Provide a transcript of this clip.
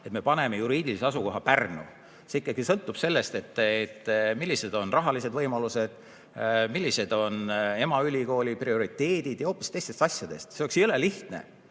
kui me paneme juriidiliseks asukohaks Pärnu. See sõltub ikkagi sellest, millised on rahalised võimalused, millised on emaülikooli prioriteedid – hoopis teistest asjadest. Oleks jõle lihtne,